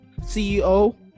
CEO